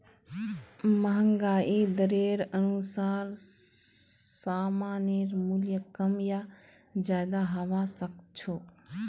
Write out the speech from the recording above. महंगाई दरेर अनुसार सामानेर मूल्य कम या ज्यादा हबा सख छ